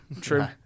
true